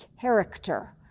character